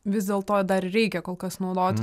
vis dėlto dar reikia kol kas naudoti